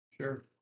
Sure